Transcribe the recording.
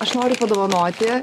aš noriu padovanoti